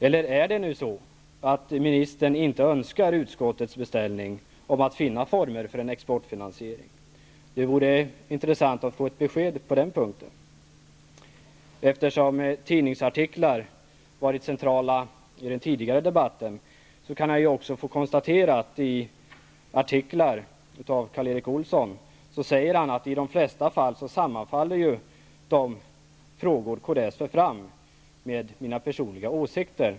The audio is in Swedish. Eller är det så att ministern inte önskar utskottets beställning om att finna former för en exportfinansiering? Det vore intressant att få ett besked på den punkten. Eftersom tidningsartiklar har varit centrala i den tidigare debatten kan jag också konstatera att Karl Erik Olsson i artiklar har sagt att de frågor kds för fram i de flesta fall sammanfaller med hans personliga åsikter.